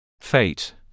Fate